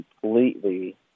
completely